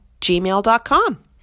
gmail.com